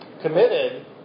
committed